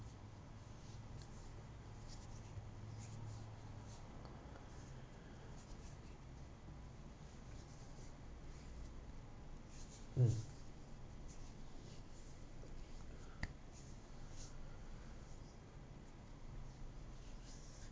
mm